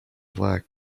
black